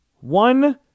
One